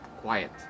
quiet